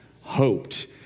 hoped